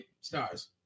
stars